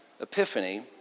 Epiphany